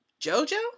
JoJo